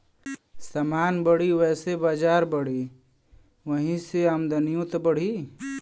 समान बढ़ी वैसे बजार बढ़ी, वही से आमदनिओ त बढ़ी